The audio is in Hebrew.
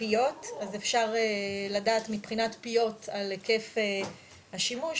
אפשר לדעת מבחינת פיות על היקף השימוש.